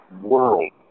world